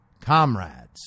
comrades